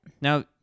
now